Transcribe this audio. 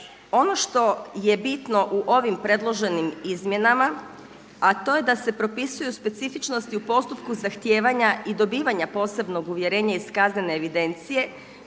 Ono što je bitno u ovim predloženim izmjenama, a to je da se propisuju specifičnosti u postupku zahtijevanja i dobivanja posebnog uvjerenja iz kaznene evidencije